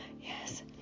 Yes